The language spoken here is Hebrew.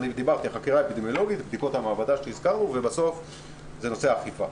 החלק השלישי בסוף הוא אכיפה.